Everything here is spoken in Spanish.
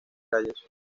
calles